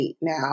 now